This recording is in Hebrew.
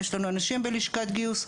יש לנו אנשים בלשכת גיוס.